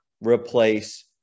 replace